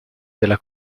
della